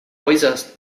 äußerst